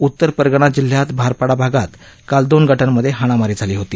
उत्तर परगना जिल्ह्यात भारपाडा भागात काल दोन गटांमधे हाणामारी झाली होती